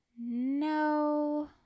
No